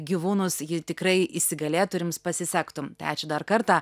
gyvūnus ji tikrai įsigalėtų ir jums pasisektų tai ačiū dar kartą